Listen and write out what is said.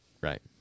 right